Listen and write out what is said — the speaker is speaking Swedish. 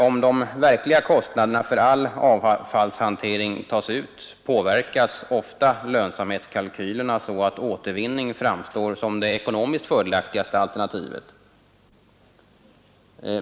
Om de verkliga kostnaderna för all avfallshantering tas ut, påverkas ofta lönsamhetskalkylerna så att återvinningen framstår som det ekonomiskt fördelaktigaste alternativet.